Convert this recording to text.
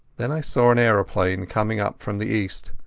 then i saw an aeroplane coming up from the east.